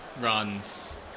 runs